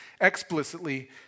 explicitly